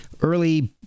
early